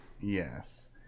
Yes